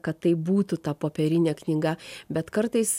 kad tai būtų ta popierinė knyga bet kartais